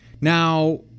Now